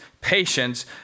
patience